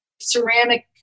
ceramic